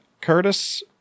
Curtis